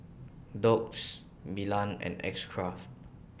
Doux Milan and X Craft